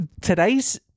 Today's